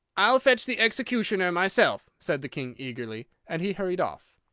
i'll fetch the executioner myself, said the king eagerly, and he hurried off.